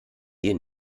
dir